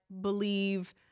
believe